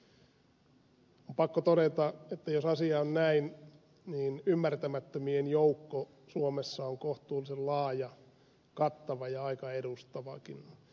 on pakko todeta että jos asia on näin niin ymmärtämättömien joukko suomessa on kohtuullisen laaja kattava ja aika edustavakin